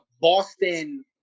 Boston